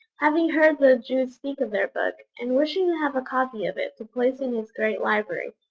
having heard the jews speak of their book, and wishing to have a copy of it to place in his great library,